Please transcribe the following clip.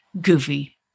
goofy